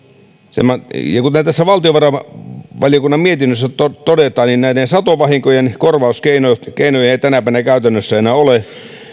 kuten tässä valtiovarainvaliokunnan mietinnössä todetaan näiden satovahinkojen korvauskeinoja ei tänä päivänä käytännössä enää ole